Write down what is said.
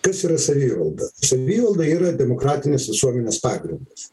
kas yra savivalda savivalda yra demokratinis visuomenės pagrindas